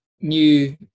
new